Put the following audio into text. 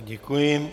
Děkuji.